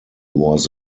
was